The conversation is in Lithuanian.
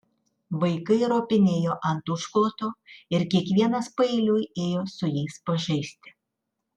vaikai ropinėjo ant užkloto ir kiekvienas paeiliui ėjo su jais pažaisti